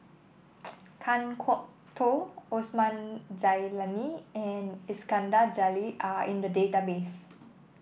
Kan Kwok Toh Osman Zailani and Iskandar Jalil are in the database